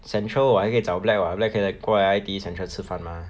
central 我还可以找 black [what] black 可以过来 I_T_E central 吃饭 mah